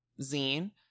zine